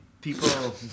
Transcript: people